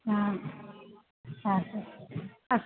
ହଁ ହଁ ଆସ